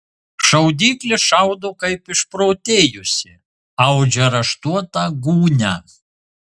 šaudyklė šaudo kaip išprotėjusi audžia raštuotą gūnią